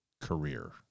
career